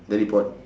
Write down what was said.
teleport